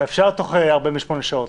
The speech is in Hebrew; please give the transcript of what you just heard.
אבל אפשר תוך 48 שעות.